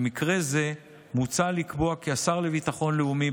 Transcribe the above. במקרה זה מוצע לקבוע כי השר לביטחון לאומי,